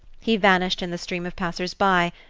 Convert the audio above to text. he vanished in the stream of passersby,